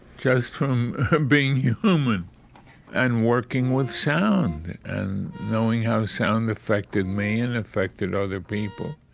just from being human and working with sound and knowing how sound affected me and affected other people